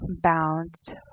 Bounce